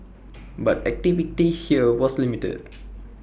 but activity here was limited